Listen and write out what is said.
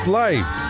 life